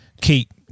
keep